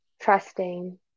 trusting